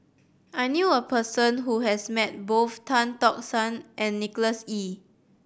I knew a person who has met both Tan Tock San and Nicholas Ee